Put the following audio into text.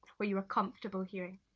what you're comfortable hearing.